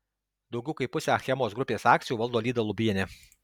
daugiau kaip pusę achemos grupės akcijų valdo lyda lubienė